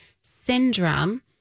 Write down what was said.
syndrome